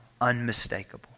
unmistakable